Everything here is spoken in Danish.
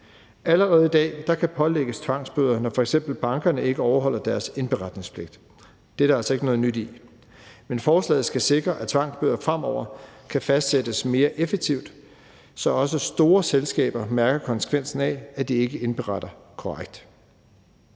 Allerede i dag kan der pålægges tvangsbøder, når f.eks. bankerne ikke overholder deres indberetningspligt. Det er der altså ikke noget nyt i. Men forslaget skal sikre, at tvangsbøder fremover kan fastsættes mere effektivt, så også store selskaber mærker konsekvensen af, at de ikke indberetter korrekt.